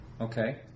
Okay